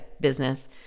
business